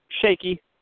shaky